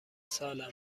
سالم